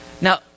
Now